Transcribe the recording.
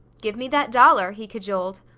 give me that dollar! he cajoled.